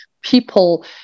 people